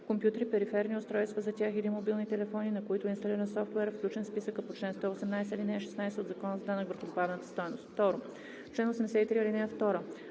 компютри, периферни устройства за тях или мобилни телефони, на които е инсталиран софтуер, включен в списъка по чл. 118, ал. 16 от Закона за данък върху добавената стойност.“